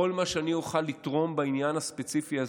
כל מה שאני אוכל לתרום בעניין הספציפי הזה,